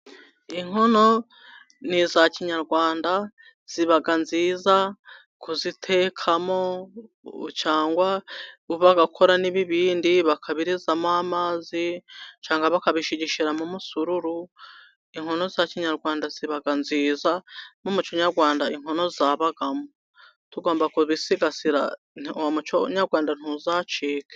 Inkono ni iza kinyarwanda, ziba nziza kuzitekamo cyangwa bagakora n'ibibindi bakabishyiramo amazi, bakabishigishiramo umusururu. Inkono za kinyarwanda ziba nziza, no mu muco nyarwanda inkono zabagamo. Tugomba kubisigasira uwo muco nyarwanda ntuzacike.